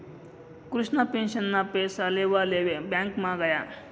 कृष्णा पेंशनना पैसा लेवाले ब्यांकमा गया